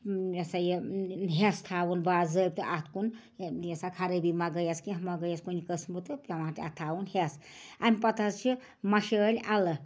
یہِ ہسا یہِ ہٮ۪س تھاوُن باضٲبطہٕ اَتھ کُن یہِ سا خرٲبی ما گٔیَس کیٚنہہ ما گٔیَس کُنہِ قسمہٕ تہٕ پٮ۪وان چھِ اَتھ تھاوُن ہٮ۪س أمۍ پتہٕ حظ چھِ مَشٲلۍ اَلہٕ